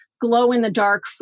glow-in-the-dark